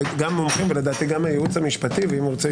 גם מומחים ולדעתי גם הייעוץ המשפטי ואם הוא ירצה,